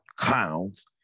clowns